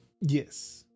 Yes